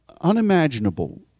unimaginable